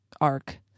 arc